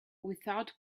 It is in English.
without